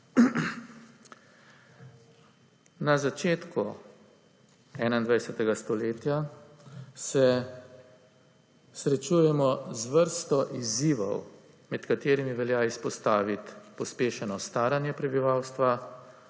Na začetku 21. stoletja se srečujemo z vrsto izzivov, med katerimi velja izpostaviti pospešeno staranje prebivalstva,